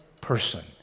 person